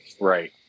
right